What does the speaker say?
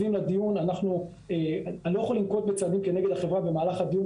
אני לא יכול לנקוט בצעדים כנגד החברה במהלך הדיון,